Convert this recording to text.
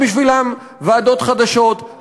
שלא צריך בשבילן ועדות חדשות,